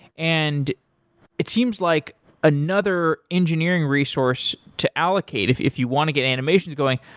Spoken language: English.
and it seems like another engineering resource to allocate, if if you want to get animations going.